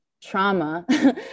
trauma